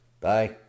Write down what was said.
Bye